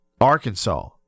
Arkansas